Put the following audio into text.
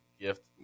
gift